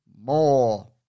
more